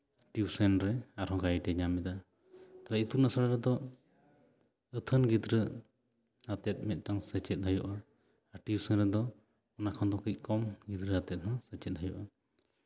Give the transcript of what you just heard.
tuition ᱨᱮ ᱟᱨᱦᱚᱸ ᱜᱟᱭᱤᱰᱮ ᱧᱟᱢ ᱮᱫᱟ ᱛᱟᱦᱞᱮ ᱤᱛᱩᱱ ᱟᱥᱲᱟ ᱨᱮᱫᱚ ᱟᱹᱛᱷᱟᱹᱱ ᱜᱤᱫᱽᱨᱟᱹ ᱟᱛᱮᱫ ᱢᱤᱫᱴᱟᱱ ᱥᱮᱪᱮᱫ ᱦᱩᱭᱩᱜᱼᱟ ᱟᱨ ᱴᱤᱭᱩᱥᱚᱱ ᱨᱮᱫᱚ ᱚᱱᱟ ᱠᱷᱚᱱ ᱫᱚ ᱠᱟᱹᱡ ᱠᱚᱢ ᱜᱤᱫᱽᱨᱟᱹ ᱟᱛᱮᱫ ᱦᱚᱸ ᱥᱮᱪᱮᱫ ᱦᱩᱭᱩᱜᱼᱟ